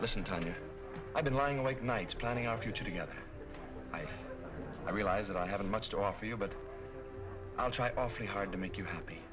listen to you i've been lying like nights planning our future together i realize that i haven't much to offer you but i'll try awfully hard to make you happy